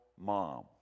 mom